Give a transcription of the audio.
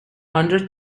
under